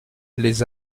les